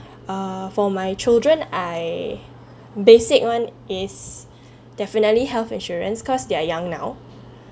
err for my children I basic one is definitely health insurance cause they're young now